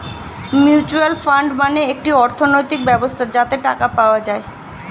mutual fund মানে একটি অর্থনৈতিক ব্যবস্থা যাতে টাকা পাওয়া যায়